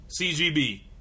CGB